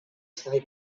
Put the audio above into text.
tri